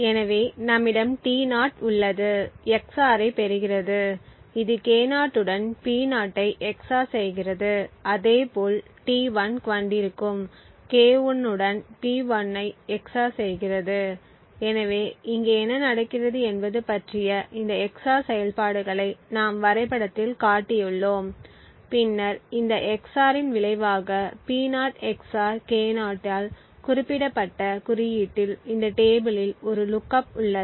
எனவே நம்மிடம் T0 உள்ளது XOR ஐப் பெறுகிறது இது K0 உடன் P0 ஐ XOR செய்கிறது அதேபோல் T1 கொண்டிருக்கும் K1 உடன் P1 ஐ XOR செய்கிறது எனவே இங்கே என்ன நடக்கிறது என்பது பற்றிய இந்த XOR செயல்பாடுகளை நாம் வரைபடத்தில் காட்டியுள்ளோம் பின்னர் இந்த XOR இன் விளைவாக P0 XOR K0 ஆல் குறிப்பிடப்பட்ட குறியீட்டில் இந்த டேபிளில் ஒரு லுக்கப் உள்ளது